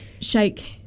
shake